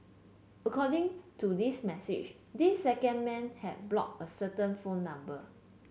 according to this message this second man had blocked a certain phone number